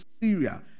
Syria